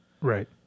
Right